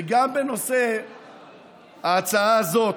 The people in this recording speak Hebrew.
וגם בנושא ההצעה הזאת,